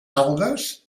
algues